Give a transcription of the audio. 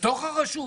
בתוך הרשות.